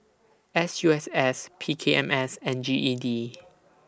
S U S S P K M S and G E D